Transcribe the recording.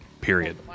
Period